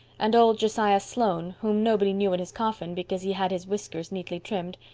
and old josiah sloane, whom nobody knew in his coffin because he had his whiskers neatly trimmed,